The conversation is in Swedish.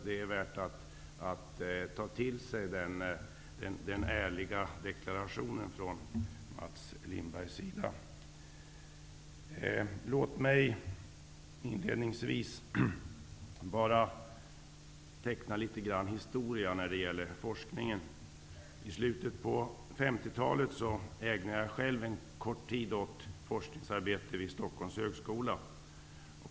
Det är värt att ta till sig den ärliga deklarationen från Mats Lindberg. Låt mig inledningsvis teckna litet historia när det gäller forskningen. I slutet på 50-talet ägnade jag själv en kort tid åt forskningsarbete vid Stockholms högskola.